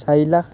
চাৰি লাখ